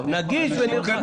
מסוים.